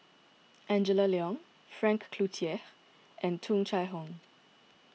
Angela Liong Frank Cloutier and Tung Chye Hong